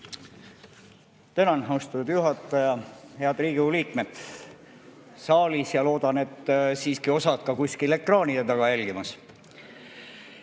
Tänan, austatud juhataja! Head Riigikogu liikmed saalis ja loodan, et siiski osa ka kuskil ekraanide taga jälgimas!